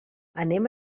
anem